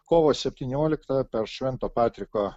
kovo septynioliktą per švento patriko